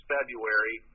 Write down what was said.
February